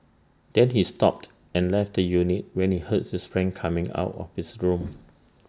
then he stopped and left the unit when he heard his friend coming out of his room